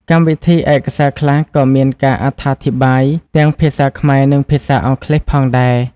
កម្មវិធីឯកសារខ្លះក៏មានការអត្ថាធិប្បាយទាំងភាសាខ្មែរនិងភាសាអង់គ្លេសផងដែរ។